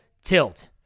tilt